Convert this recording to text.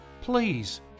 Please